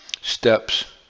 steps